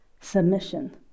submission